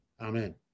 Amen